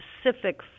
specific